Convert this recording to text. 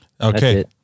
Okay